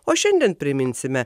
o šiandien priminsime